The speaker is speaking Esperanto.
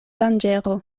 danĝero